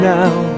now